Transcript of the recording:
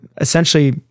essentially